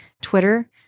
twitter